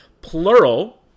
plural